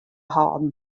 hâlden